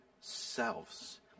selves